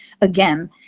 again